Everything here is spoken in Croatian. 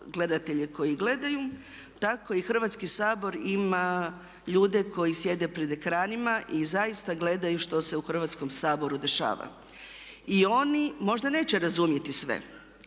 gledatelje koji gledaju tako i Hrvatski sabor ima ljude koji sjede pred ekranima i zaista gledaju što se u Hrvatskom saboru dešava. I oni možda neće razumjeti sve